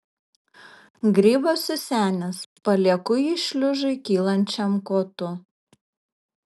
grybas susenęs palieku jį šliužui kylančiam kotu